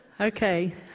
okay